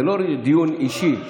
זה לא דיון אישי.